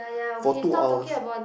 for two hours